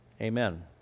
Amen